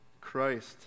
Christ